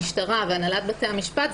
המשטרה והנהלת בתי משפט.